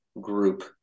group